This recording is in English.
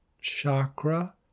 chakra